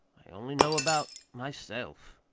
i only know about myself.